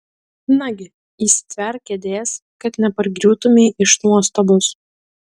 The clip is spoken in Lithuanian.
nagi įsitverk kėdės kad nepargriūtumei iš nuostabos